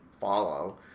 follow